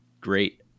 great